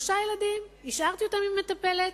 שלושה ילדים, השארתי אותם עם מטפלת,